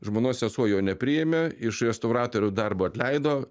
žmonos sesuo jo nepriėmė iš restauratorių darbo atleido